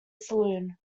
saloon